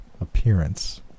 appearance